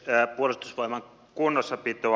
arvoisa herra puhemies